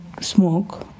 smoke